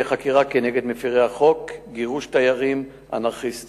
הנטיעות בשטחים בייעוד יער הינן מתוקף